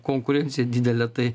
konkurencija didelė tai